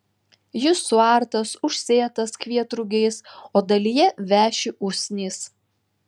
jis suartas užsėtas kvietrugiais o dalyje veši usnys